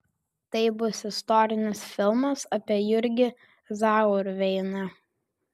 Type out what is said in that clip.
tai bus istorinis filmas apie jurgį zauerveiną